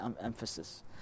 emphasis